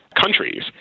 countries